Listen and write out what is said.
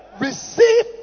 receive